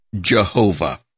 Jehovah